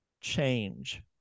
change